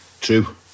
true